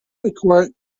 equate